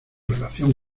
relación